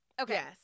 Okay